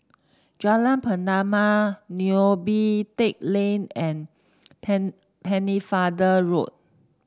Jalan Pernama Neo Pee Teck Lane and Pennefather Road